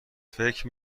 فکر